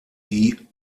die